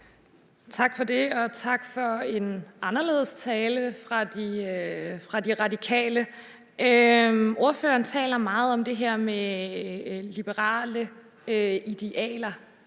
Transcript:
Tak for det, og tak for en anderledes tale fra De Radikale. Ordføreren taler meget om det her med liberale idealer,